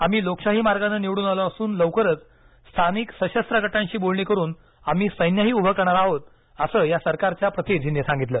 आम्ही लोकशाही मार्गानं निवडून आलो असून लवकरच स्थानिक सशस्त्र गटांशी बोलणी करून आम्ही सैन्यही उभे करणार आहोत असं या सरकारच्या प्रतिनिधींनी सांगितलं